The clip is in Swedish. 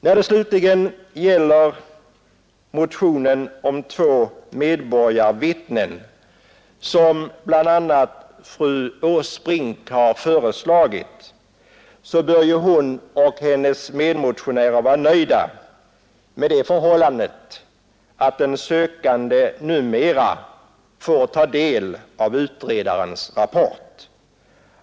Vad beträffar motionen om två medborgarvittnen, som bland andra fru Åsbrink har väckt, så bör hon och hennes medmotionärer vara nöjda med det förhållandet att den sökande numera får ta del av utredarens rapport.